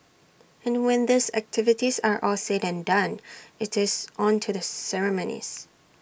and when these activities are all said and done IT is on to the ceremonies